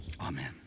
amen